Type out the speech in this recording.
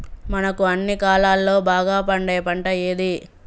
మనకు అన్ని కాలాల్లో బాగా పండే పంట ఏది?